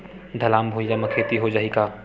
ढलान भुइयां म खेती हो जाही का?